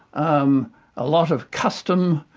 um a lot of custom,